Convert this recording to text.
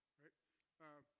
right